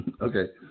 Okay